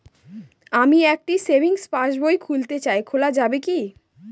আমি একটি সেভিংস পাসবই খুলতে চাই খোলা যাবে কি?